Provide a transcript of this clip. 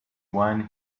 wine